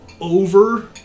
over